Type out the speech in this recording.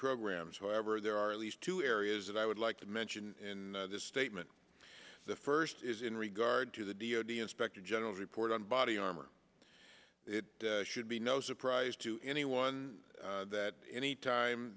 programs however there are at least two areas that i would like to mention in this statement the first is in regard to the d o d inspector general's report on body armor it should be no surprise to anyone that any time